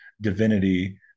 divinity